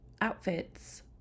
outfits